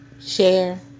share